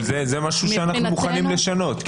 אבל זה משהו שאנחנו מוכנים לשנות.